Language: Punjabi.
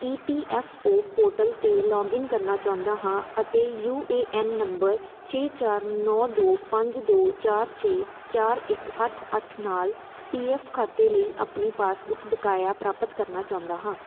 ਈ ਪੀ ਐੱਫ ਓ ਪੋਰਟਲ 'ਤੇ ਲੌਗਇਨ ਕਰਨਾ ਚਾਹੁੰਦਾ ਹਾਂ ਅਤੇ ਯੂ ਏ ਐੱਨ ਨੰਬਰ ਛੇ ਚਾਰ ਨੌ ਦੋ ਪੰਜ ਦੋ ਚਾਰ ਛੇ ਚਾਰ ਇੱਕ ਅੱਠ ਅੱਠ ਨਾਲ ਪੀ ਐੱਫ ਖਾਤੇ ਲਈ ਆਪਣੀ ਪਾਸਬੁੱਕ ਬਕਾਇਆ ਪ੍ਰਾਪਤ ਕਰਨਾ ਚਾਹੁੰਦਾ ਹਾਂ